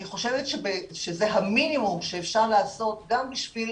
אני חושבת שזה המינימום שאפשר לעשות גם בשביל